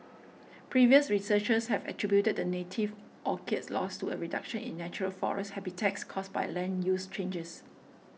previous researchers have attributed the native orchid's loss to a reduction in natural forest habitats caused by land use changes